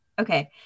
okay